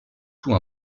tout